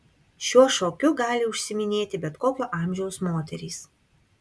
šiuo šokiu gali užsiiminėti bet kokio amžiaus moterys